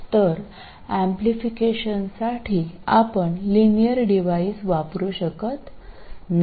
तर एम्प्लिफिकेशनसाठी आपण लिनियर डिव्हाइस वापरू शकत नाही